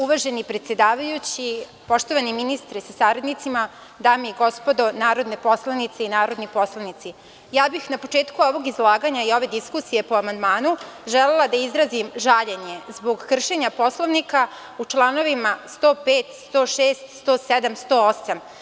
Uvaženi predsedavajući, poštovani ministre sa saradnicima, dame i gospodo narodni poslanici, ja bih na početku ovog izlaganja i ove diskusije po amandmanu želela da izrazim žaljenje zbog kršenja Poslovnika u članovima 105, 106, 107. i 108.